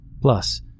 Plus